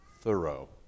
thorough